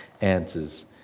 answers